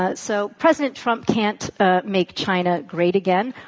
ah so president trump can't make china great again.